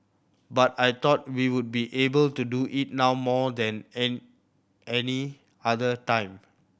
but I thought we would be able to do it now more than an any other time